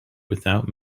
without